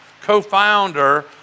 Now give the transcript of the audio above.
co-founder